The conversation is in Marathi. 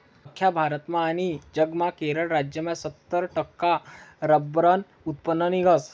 आख्खा भारतमा आनी जगमा केरळ राज्यमा सत्तर टक्का रब्बरनं उत्पन्न निंघस